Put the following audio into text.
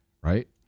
right